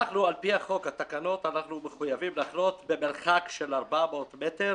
על פי התקנות אנחנו מחויבים לחנות במרחק של 400 מטר